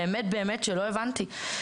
באמת, באמת שלא הבנתי.